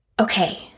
okay